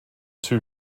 two